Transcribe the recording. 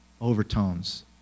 overtones